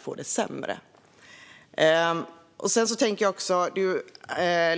får det sämre.